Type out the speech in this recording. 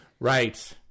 Right